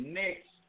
next